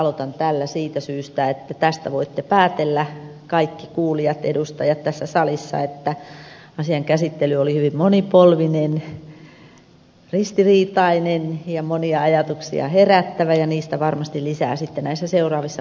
aloitan tällä siitä syystä että tästä voitte päätellä kaikki kuulijat edustajat tässä salissa että asian käsittely oli hyvin monipolvinen ristiriitainen ja monia ajatuksia herättävä ja niistä varmasti lisää sitten näissä seuraavissa puheenvuoroissa